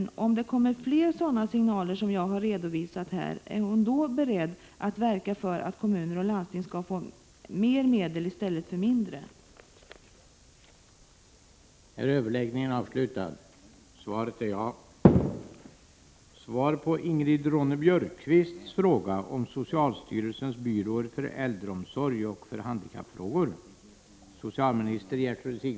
Finns det planer på att slå samman socialstyrelsens båda byråer för äldreomsorg och för handikappfrågor, och beräknas detta i så fall gagna den kompetensnivå som byråerna i dag besitter eller är motivet enbart besparingsskäl?